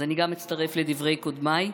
אז אני גם אצטרף לדברי קודמיי: